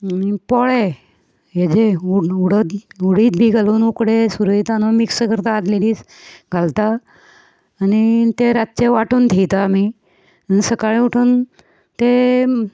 आनीक पोळे हेजे हुडद उडीद बीन घालून उकडे सुरय तांदूळ घालून मिक्स करता आदल्या दीस घालता आनी ते रातचे वांटून थेयता आमी आनी सकाळी उठून ते